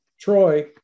Troy